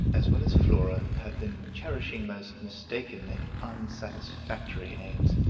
as well as flora, have been cherishing most mistaken and unsatisfactory aims.